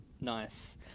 nice